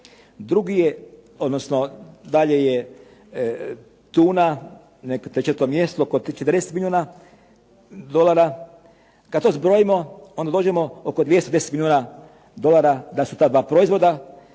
Drugi je, odnosno dalje je tuna na četvrtom mjestu oko 40 milijuna dolara. Kad to zbrojimo onda dobijemo oko 210 milijuna dolara da su ta 2 proizvoda,